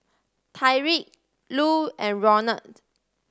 Tyriq Lu and Ronald